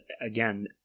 again